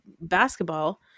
basketball